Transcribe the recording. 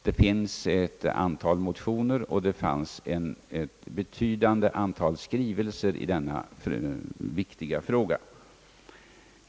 Det har väckts ett antal motioner och det förelåg även ett betydande antal skrivelser i denna viktiga fråga.